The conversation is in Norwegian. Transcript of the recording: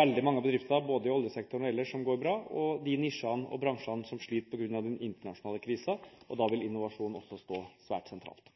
veldig mange av bedriftene, både i oljesektoren og ellers, som går bra, og de nisjene og bransjene som sliter på grunn av den internasjonale krisen. Da vil innovasjon også stå svært